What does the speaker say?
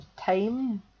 time